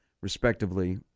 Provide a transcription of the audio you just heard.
respectively